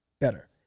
better